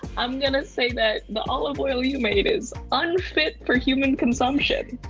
i'm gonna say that the olive oil you made is unfit for human consumption.